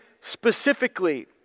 specifically